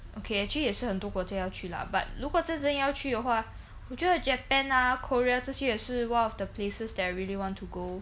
okay actually 也是很多国家要去 lah but 如果真正要去的话我觉得 japan ah korea 这些也是 one of the places that I really want to go